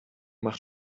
macht